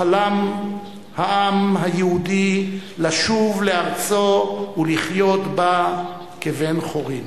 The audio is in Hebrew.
חלם העם היהודי לשוב לארצו ולחיות בה כבן-חורין.